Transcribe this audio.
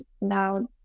now